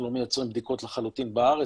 אנחנו מייצרים בדיקות לחלוטין בארץ,